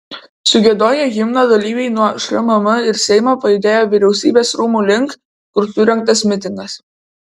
sugiedoję himną dalyviai nuo šmm ir seimo pajudėjo vyriausybės rūmų link kur surengtas mitingas